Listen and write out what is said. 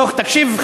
תקשיב,